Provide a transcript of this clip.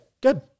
Good